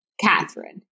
Catherine